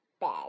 bed